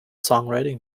songwriting